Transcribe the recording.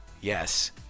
yes